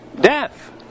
death